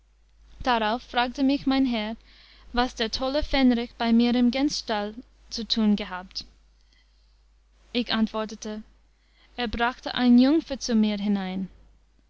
darauf fragte mich mein herr was der tolle fähnrich bei mir im gänsstall zu tun gehabt ich antwortete er brachte eine jungfer zu mir hinein